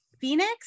Phoenix